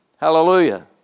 Hallelujah